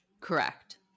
Correct